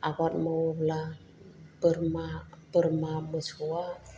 आबाद मावोब्ला बोरमा बोरमा मोसौआ